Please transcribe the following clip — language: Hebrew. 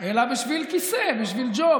אלא בשביל כיסא, בשביל ג'וב.